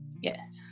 Yes